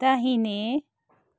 दाहिने